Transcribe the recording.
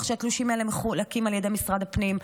שהתלושים האלה מחולקים על ידי משרד הפנים.